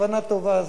בכוונה טובה.